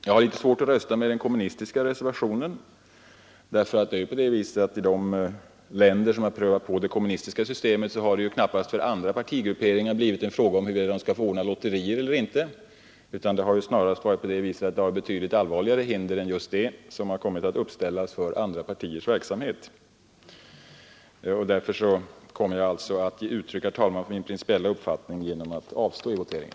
Jag har litet svårt att rösta för den kommunistiska reservationen, med tanke på att det i de länder som prövat på det kommunistiska systemet knappast för andra partigrupperingar blivit en fråga huruvida de skall få ordna lotterier eller inte — betydligt allvarligare hinder än dessa har där kommit att uppställas för andra partiers verksamhet. Därför kommer jag att ge uttryck för min principiella uppfattning genom att avstå i voteringen.